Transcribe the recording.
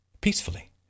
peacefully